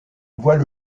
voit